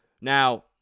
Now